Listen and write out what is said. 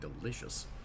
delicious